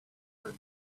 her